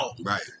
right